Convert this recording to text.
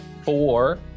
four